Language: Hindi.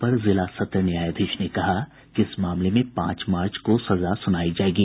अपर जिला सत्र न्यायाधीश ने कहा कि इस मामले में पांच मार्च को सजा सुनायी जायेगी